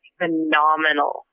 phenomenal